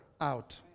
out